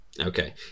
Okay